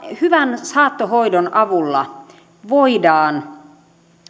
hyvän saattohoidon avulla voidaan